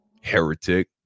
Heretic